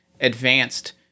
advanced